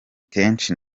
keshi